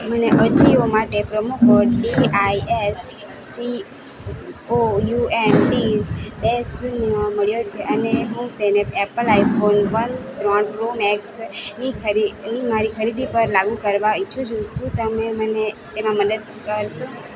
મને અજિયો માટે promo code D I S C O U N T બે શૂન્ય મળ્યો છે અને હું તેને એપલ આઇફોન વન ત્રણ પ્રો મેક્સ ની મારી ખરીદી પર લાગુ કરવા ઈચ્છું છું શું તમે મને તેમાં મદદ કરશો